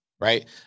Right